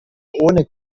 ohne